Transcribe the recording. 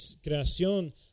creación